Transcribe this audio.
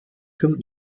code